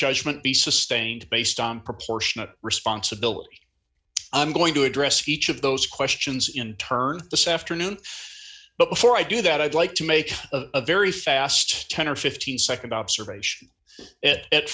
judgment be sustained based on proportionate responsibility i'm going to address each of those questions in turn this afternoon but before i do that i'd like to make a very fast ten or fifteen nd observation